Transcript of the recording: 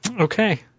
Okay